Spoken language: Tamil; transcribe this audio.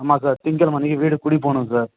ஆமாம் சார் திங்கள் கிழம அன்றைக்கு வீடு குடி போகணும் சார்